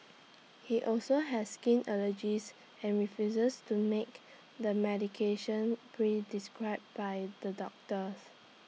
he also has skin allergies and refuses to make the medication pre described by the doctors